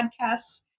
podcasts